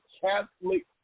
Catholic